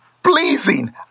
pleasing